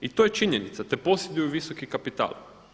I to je činjenica, da posjeduju visoki kapital.